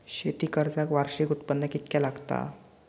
शेती कर्जाक वार्षिक उत्पन्न कितक्या लागता?